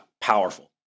Powerful